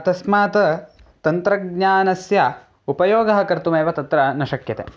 तस्मात् तन्त्रज्ञानस्य उपयोगः कर्तुमेव तत्र न शक्यते